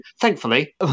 thankfully